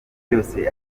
byose